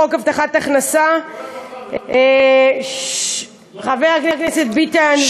חוק הבטחת הכנסה, חבר הכנסת ביטן.